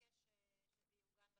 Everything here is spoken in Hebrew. ולבקש שזה יעוגן בתקנות.